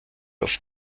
auf